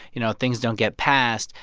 you know, things don't get passed.